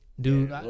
Dude